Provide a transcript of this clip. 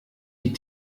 die